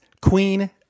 Queen